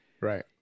right